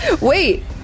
Wait